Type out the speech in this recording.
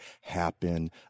happen